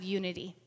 unity